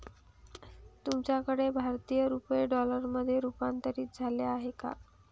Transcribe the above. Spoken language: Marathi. तुमच्याकडे भारतीय रुपये डॉलरमध्ये रूपांतरित झाले आहेत का?